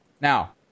Now